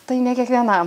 tai ne kiekvienam